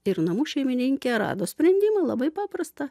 ir namų šeimininkė rado sprendimą labai paprastą